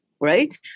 right